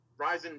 Ryzen